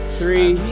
three